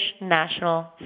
national